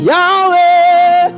Yahweh